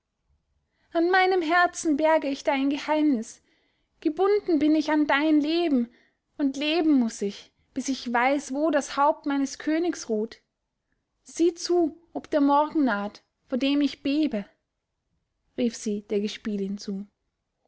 an meinem herzen berge ich dein geheimnis gebunden bin ich an dein leben und leben muß ich bis ich weiß wo das haupt meines königs ruht sieh zu ob der morgen naht vor dem ich bebe rief sie der gespielin zu